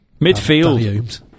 Midfield